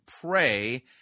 pray